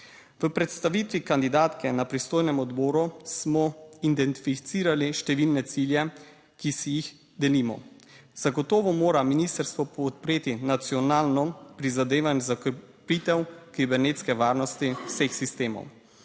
V predstavitvi kandidatke na pristojnem odboru smo identificirali številne cilje, ki si jih delimo. Zagotovo mora ministrstvo podpreti nacionalno prizadevanje za krepitev kibernetske varnosti vseh sistemov.